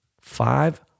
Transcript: Five